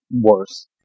worse